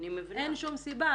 אין שום סיבה.